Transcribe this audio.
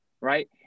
right